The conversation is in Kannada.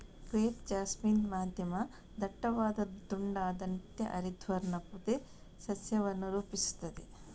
ಕ್ರೆಪ್ ಜಾಸ್ಮಿನ್ ಮಧ್ಯಮ ದಟ್ಟವಾದ ದುಂಡಾದ ನಿತ್ಯ ಹರಿದ್ವರ್ಣ ಪೊದೆ ಸಸ್ಯವನ್ನು ರೂಪಿಸುತ್ತದೆ